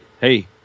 Hey